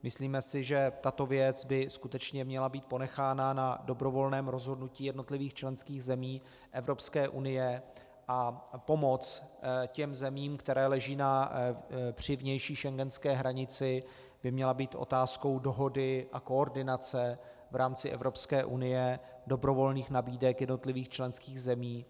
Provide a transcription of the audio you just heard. Myslíme si, že tato věc by skutečně měla být ponechána na dobrovolném rozhodnutí jednotlivých členských zemí Evropské unie a pomoc těm zemím, které leží při vnější schengenské hranici, by měla být otázkou dohody a koordinace v rámci Evropské unie, dobrovolných nabídek jednotlivých členských zemí.